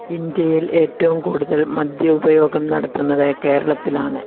ഇന്ത്യയിൽ ഏറ്റവും കൂടുതൽ മദ്യ ഉപയോഗം നടത്തുന്നത് കേരളത്തിലാണ്